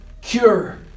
cure